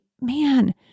man